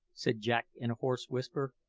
said jack in a hoarse whisper,